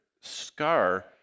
scar